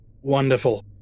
Wonderful